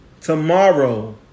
tomorrow